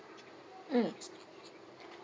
mm